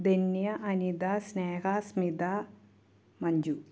Dhanya Anitha Sneha Smitha Manju